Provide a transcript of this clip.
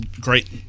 great